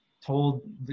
told